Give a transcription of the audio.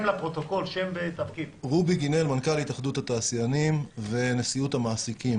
אני מנכ"ל התאחדות התעשיינים ונשיאות המעסיקים